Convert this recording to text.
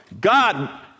God